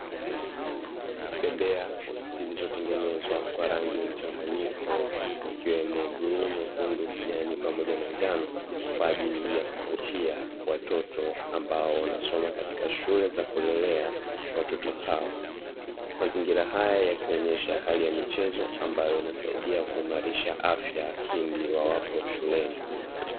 Bembea zilizotengenezwa kwa rangi mchanganyiko ikiwemo: bluu, nyekundu, kijani pamoja na njano; kwa ajili ya kuvutia watoto ambao wanasoma katika shule za kulelea watoto hao. Mazingira haya yakionyesha hali ya michezo ambayo inasaidia kuimarisha afya pindi wawapo shuleni.